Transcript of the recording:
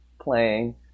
playing